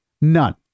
None